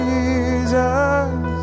Jesus